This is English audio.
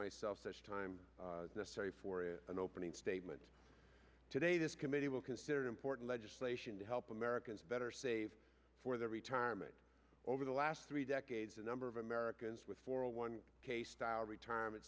myself this time necessary for an opening statement today this committee will consider important legislation to help americans better save for their retirement over the last three decades the number of americans with four hundred one k style retirement